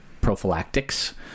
prophylactics